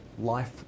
life